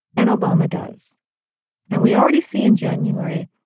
and obama does and we already see, in january,